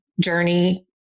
journey